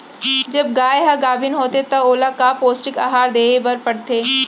जब गाय ह गाभिन होथे त ओला का पौष्टिक आहार दे बर पढ़थे?